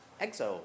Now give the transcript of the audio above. Exo